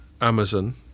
Amazon